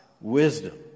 wisdom